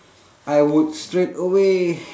I would straight away